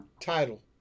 Title